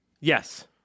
Yes